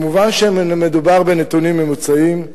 מובן שמדובר בנתונים ממוצעים,